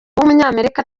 w’umunyamerika